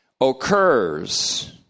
occurs